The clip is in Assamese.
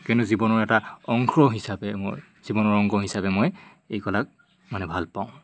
কিয়নো জীৱনৰ এটা অংগ হিচাপে মই জীৱনৰ অংগ হিচাপে মই এই কলাক মানে ভাল পাওঁ